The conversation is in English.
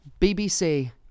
BBC